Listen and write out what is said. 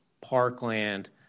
parkland